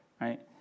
right